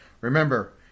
Remember